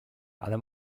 ale